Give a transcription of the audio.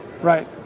Right